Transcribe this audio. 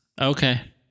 Okay